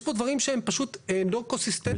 יש פה דברים שהם פשוט לא קונסיסטנטיים.